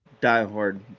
die-hard